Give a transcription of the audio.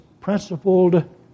principled